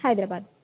Hyderabad